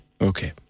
Okay